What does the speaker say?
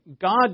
God